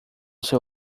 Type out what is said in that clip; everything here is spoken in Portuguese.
seu